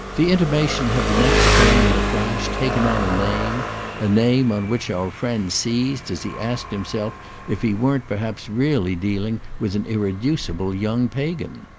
the intimation had the next thing, in a flash, taken on a name a name on which our friend seized as he asked himself if he weren't perhaps really dealing with an irreducible young pagan.